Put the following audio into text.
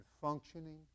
functioning